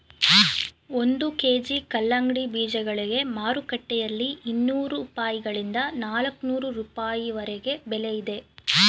ಒಂದು ಕೆ.ಜಿ ಕಲ್ಲಂಗಡಿ ಬೀಜಗಳಿಗೆ ಮಾರುಕಟ್ಟೆಯಲ್ಲಿ ಇನ್ನೂರು ರೂಪಾಯಿಗಳಿಂದ ನಾಲ್ಕನೂರು ರೂಪಾಯಿವರೆಗೆ ಬೆಲೆ ಇದೆ